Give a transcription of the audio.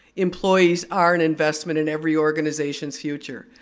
employees are an investment in every organization's future.